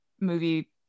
movie